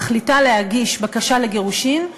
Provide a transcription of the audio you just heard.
להגיש בקשה לגירושין,